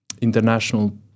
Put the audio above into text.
international